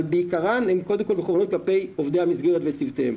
אבל בעיקרם הם קודם כול מכוונים כלפי עובדי המסגרת והצוותים.